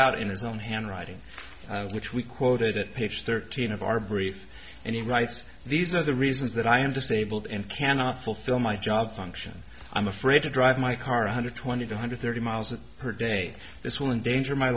out in his own handwriting which we quoted at page thirteen of our brief and he writes these are the reasons that i am disabled and cannot fulfill my job function i'm afraid to drive my car a hundred twenty two hundred thirty miles per day this will endanger my